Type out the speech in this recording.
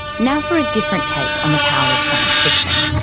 now for a different take on the power of science fiction.